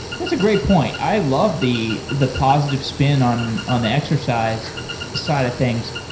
that's a great point. i love the the positive spin on on the exercise side of things.